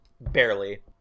barely